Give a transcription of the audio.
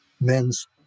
men's